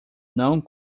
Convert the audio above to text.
não